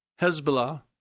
Hezbollah